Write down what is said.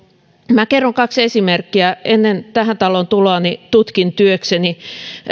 minä kerron kaksi esimerkkiä ennen tähän taloon tuloani tutkin työkseni